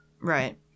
right